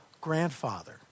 grandfather